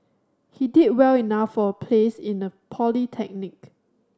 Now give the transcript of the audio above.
he did well enough for a place in a polytechnic